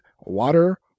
water